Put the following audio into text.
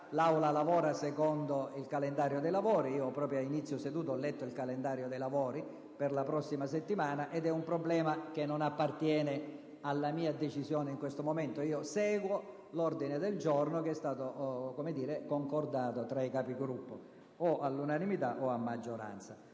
l'Aula lavora secondo il calendario del lavori che ho letto, proprio all'inizio della seduta, per la prossima settimana. Comunque, è un problema che non appartiene alla mia decisione in questo momento. Io seguo l'ordine del giorno che è stato concordato tra i Capigruppo o all'unanimità o a maggioranza.